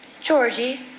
Georgie